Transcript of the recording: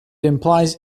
implies